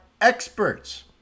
experts